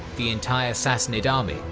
the entire sassanid army,